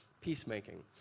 peacemaking